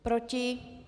Proti?